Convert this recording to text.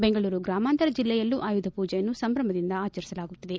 ಬೆಂಗಳೂರು ಗ್ರಾಮಾಂತರ ಜಿಲ್ಲೆಯಲ್ಲೂ ಆಯುಧ ಪೂಜೆಯನ್ನು ಸಂಭ್ರಮದಿಂದ ಆಚರಿಸಲಾಗುತ್ತಿದೆ